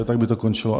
Tak by to končilo.